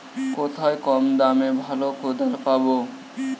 কোথায় কম দামে ভালো কোদাল পাব?